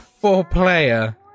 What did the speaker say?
Four-player